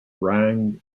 forces